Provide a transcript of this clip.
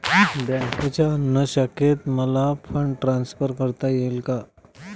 बँकेच्या अन्य शाखेत मला फंड ट्रान्सफर करता येईल का?